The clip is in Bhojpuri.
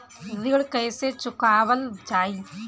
ऋण कैसे चुकावल जाई?